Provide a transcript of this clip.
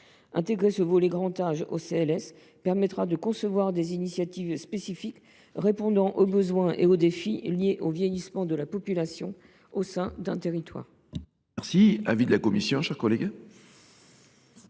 Une telle intégration permettra de concevoir des initiatives spécifiques répondant aux besoins et aux défis liés au vieillissement de la population au sein d’un territoire.